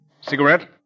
Cigarette